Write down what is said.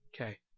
Okay